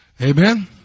Amen